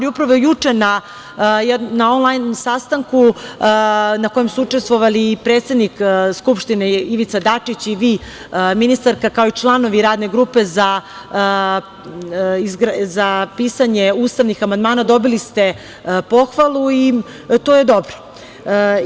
Upravo na onlajn sastanku, na kojem su učestvovali i predsednik Skupštine Ivica Dačić i vi, ministarka, kao i članovi Radne grupe za pisanje ustavnih amandmana, dobili ste pohvalu i to je dobro.